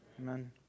Amen